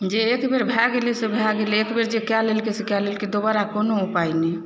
जे एक बेर भए गेलै से भए गेलै एक बेर जे कए लेलकै से कए लेलकै दोबारा कोनो उपाय नहि